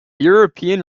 european